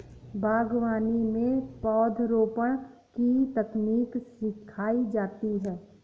बागवानी में पौधरोपण की तकनीक सिखाई जाती है